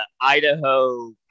Idaho